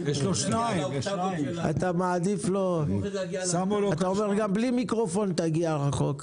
אתה אומר, גם בלי מיקרופון תגיע רחוק.